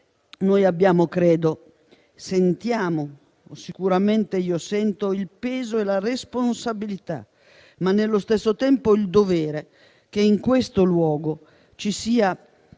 Allora noi sentiamo - sicuramente io sento - il peso e la responsabilità, ma nello stesso tempo il dovere, che in questo luogo ci sia